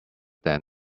than